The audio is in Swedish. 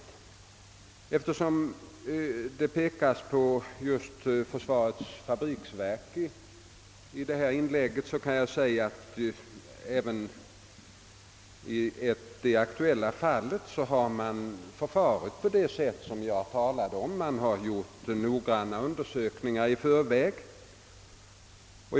Eftersom det i det föregående inlägget pekades på just försvarets fabriksverk vill jag framhålla, att det även i det aktuella fallet har förfarits på det sätt jag nämnt; man har alltså gjort noggranna undersökningar i förväg.